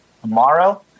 Tomorrow